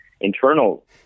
internal